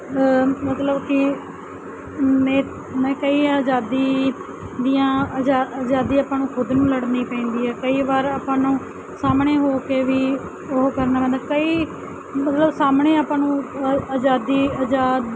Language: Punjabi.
ਮਤਲਬ ਕਿ ਮੇ ਮੈਂ ਕਈ ਆਜ਼ਾਦੀ ਦੀਆਂ ਅਜਾ ਆਜ਼ਾਦੀ ਆਪਾਂ ਨੂੰ ਖੁਦ ਨੂੰ ਲੜਨੀ ਪੈਂਦੀ ਹੈ ਕਈ ਵਾਰ ਆਪਾਂ ਨੂੰ ਸਾਹਮਣੇ ਹੋ ਕੇ ਵੀ ਉਹ ਕਰਨਾ ਪੈਂਦਾ ਕਈ ਮਤਲਬ ਸਾਹਮਣੇ ਆਪਾਂ ਨੂੰ ਆਜ਼ਾਦੀ ਆਜ਼ਾਦ